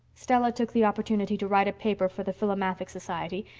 stella took the opportunity to write a paper for the philomathic society,